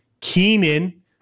Keenan